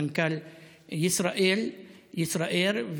מנכ"ל ישראייר,